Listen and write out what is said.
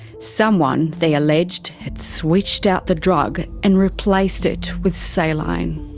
someone, they alleged, had switched out the drug and replaced it with saline.